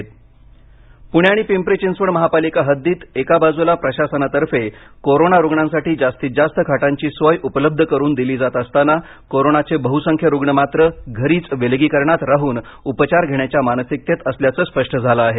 गुहविलगीकरण पुणे आणि पिंपरी चिंचवड महापालिका हद्दीत एका बाजूला प्रशासनातर्फे कोरोना रुग्णांसाठी जास्तीत जास्त खाटांची सोय उपलब्ध करून दिली जात असताना कोरोनाचे बहुसंख्य रुग्ण मात्र घरीच विलगीकरणात राहून उपचार घेण्याच्या मानसिकतेत असल्याचं स्पष्ट झालं आहे